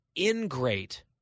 ingrate